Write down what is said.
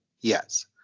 Yes